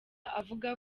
avuga